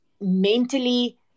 mentally